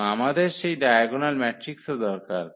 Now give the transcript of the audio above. এবং আমাদের সেই ডায়াগোনাল ম্যাট্রিক্সও দরকার